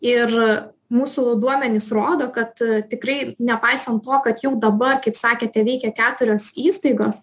ir mūsų duomenys rodo kad tikrai nepaisant to kad jau dabar kaip sakėte veikia keturios įstaigos